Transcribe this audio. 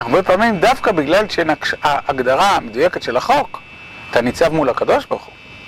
הרבה פעמים, דווקא בגלל שההגדרה המדויקת של החוק, אתה ניצב מול הקדוש ברוך הוא.